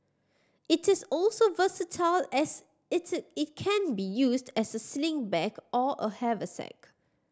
it is also versatile as it it can be used as a sling bag or a haversack